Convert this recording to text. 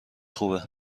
خوبه